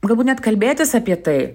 galbūt net kalbėtis apie tai